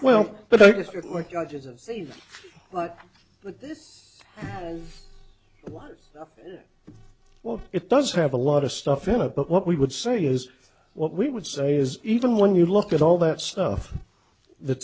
well but i didn't save this one well it does have a lot of stuff in it but what we would say is what we would say is even when you look at all that stuff that